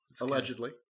allegedly